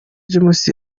james